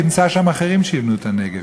ימצא שם אחרים שיבנו את הנגב.